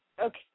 okay